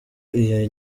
iyo